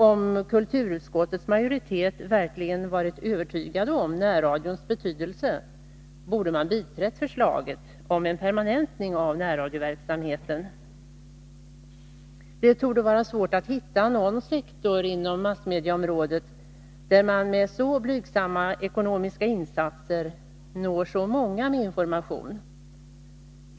Om kulturutskottets majoritet verkligen varit övertygad om närradions betydelse, borde man biträtt förslaget om en permanentning av närradioverksamheten. Det torde vara svårt att hitta någon sektor inom massmedieområdet där man med så blygsamma ekonomiska insatser når så många med information.